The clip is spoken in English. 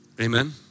Amen